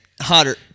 Hotter